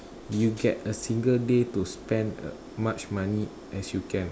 you get a single day to spent a much money as you can